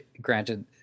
Granted